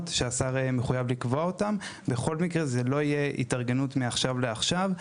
שהשר מחויב לקבוע אותן בכל מקרה ההתארגנות לא תהיה מעכשיו לעכשיו,